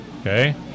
Okay